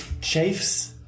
Chafes